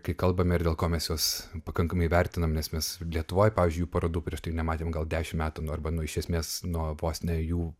kai kalbame ir dėl ko mes juos pakankamai vertinam nes mes lietuvoj pavyzdžiui jų parodų prieš tai nematėm gal dešimt metų arba nu iš esmės nu vos ne jų